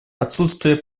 отсутствие